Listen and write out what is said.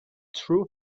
true